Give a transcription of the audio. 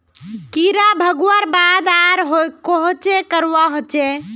कीड़ा भगवार बाद आर कोहचे करवा होचए?